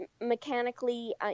mechanically